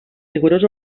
rigorós